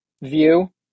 view